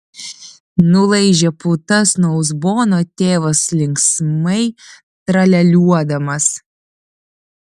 nulaižė putas nuo uzbono tėvas linksmai tralialiuodamas